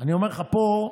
פה,